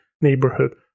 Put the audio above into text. neighborhood